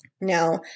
Now